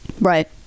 Right